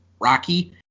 Rocky